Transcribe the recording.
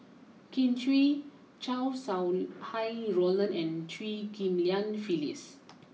Kin Chui Chow Sau Hai Roland and Chew Ghim Lian Phyllis